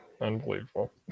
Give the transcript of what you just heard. unbelievable